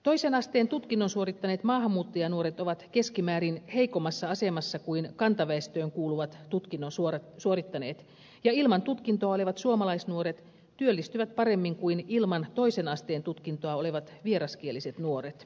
toisen asteen tutkinnon suorittaneet maahanmuuttajanuoret ovat keskimäärin heikommassa asemassa kuin kantaväestöön kuuluvat tutkinnon suorittaneet ja ilman tutkintoa olevat suomalaisnuoret työllistyvät paremmin kuin ilman toisen asteen tutkintoa olevat vieraskieliset nuoret